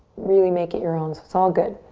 really make it your own. so it's all good.